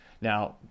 Now